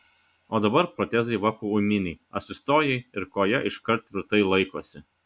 o dabar protezai vakuuminiai atsistojai ir koja iškart tvirtai laikosi